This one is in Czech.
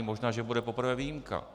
Možná že bude poprvé výjimka.